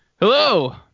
Hello